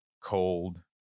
cold